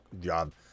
job